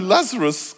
Lazarus